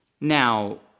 Now